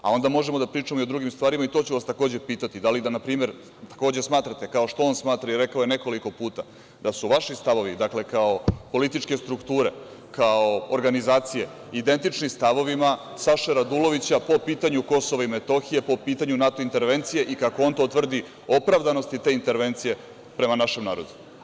A onda možemo da pričamo i o drugim stvarima i to ću vas takođe pitati, da li, na primer, takođe smatrate, kao što on smatra i rekao je nekoliko puta, da su vaši stavovi kao političke strukture, kao organizacije identični stavovima Saše Radulovića po pitanju Kosova i Metohije, po pitanju NATO intervencije i kako on to tvrdi, opravdanosti te intervencije prema našem narodu?